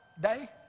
day